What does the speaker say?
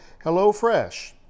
HelloFresh